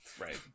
Right